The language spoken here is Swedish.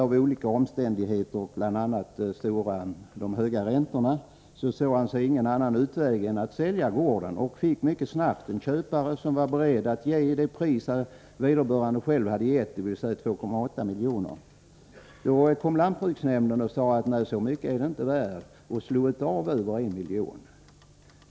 Av olika omständigheter — bl.a. de höga räntorna — såg han dock senare ingen annan utväg än att sälja gården. Han fick mycket snabbt en köpare som var beredd att ge det pris han själv hade gett, dvs. 2,8 miljoner. Då sade lantbruksnämnden, att den inte var värd så mycket — och slog av över 1 milj.kr.